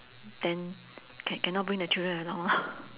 then ca~ cannot bring the children along lor